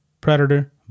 predator